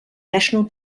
national